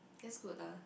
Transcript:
that's good lah